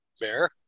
Bear